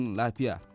lapia